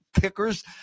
pickers